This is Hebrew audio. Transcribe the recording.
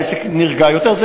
העסק נרגע יותר.